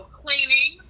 cleaning